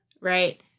Right